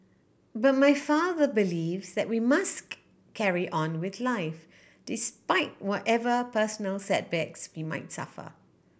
but my father believes that we must carry on with life despite whatever personal setbacks we might suffer